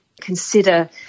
consider